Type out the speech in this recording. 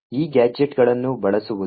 ಈ ಗ್ಯಾಜೆಟ್ಗಳನ್ನು ಬಳಸುವುದು